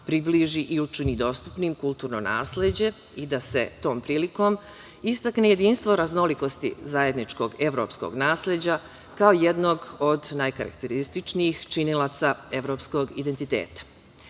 približi i učini dostupnim kulturno nasleđe i da se tom prilikom istakne jedinstvo raznolikosti zajedničkog evropskog nasleđa kao jednog od najkarakterističnijih činilaca evropskog identiteta.„Dani